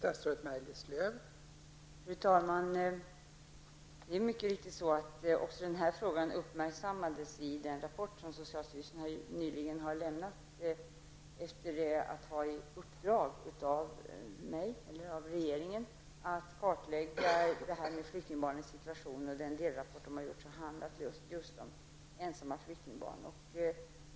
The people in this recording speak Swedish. Fru talman! Det är mycket riktigt så att också denna fråga uppmärksammades i den rapport som socialstyrelsen nyligen har lämnat efter ett uppdrag från regeringen att kartlägga flyktingbarnens situation. Delrapporten handlade just om ensamma flyktingbarn.